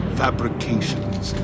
fabrications